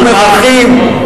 כולנו מברכים,